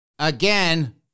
Again